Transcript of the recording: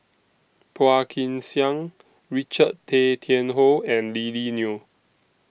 Phua Kin Siang Richard Tay Tian Hoe and Lily Neo